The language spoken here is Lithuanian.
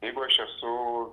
jeigu aš esu